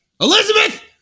Elizabeth